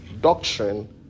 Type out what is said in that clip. doctrine